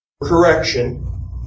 correction